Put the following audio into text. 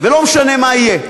ולא משנה מה יהיה.